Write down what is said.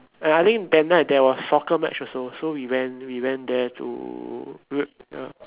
and I think that night there was soccer match also so we went we went there to ya